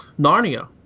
Narnia